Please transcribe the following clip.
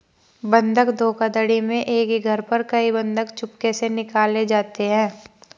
बंधक धोखाधड़ी में एक ही घर पर कई बंधक चुपके से निकाले जाते हैं